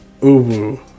Ubu